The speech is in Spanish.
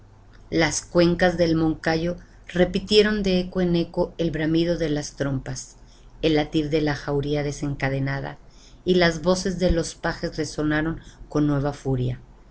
las cuencas del moncayo repitieron de eco en eco el bramido de las trompas el latir de la jauría desencadenada y las voces de los pajes resonaron con nueva furia